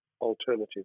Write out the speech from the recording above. alternative